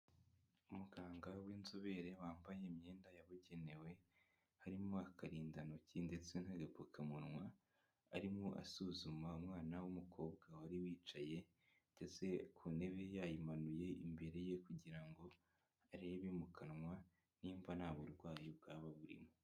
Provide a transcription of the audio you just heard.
Umuganga w'inzobere wambaye imyenda yabugenewe harimo akarindantoki ndetse na agapfukamunwa, arimo asuzuma umwana w'umukobwa wari wicaye ndetse ku ntebe yayimanuye imbere ye. Kugira ngo arebe mu kanwa nimba nta burwayi bwaba burimo.